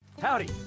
Howdy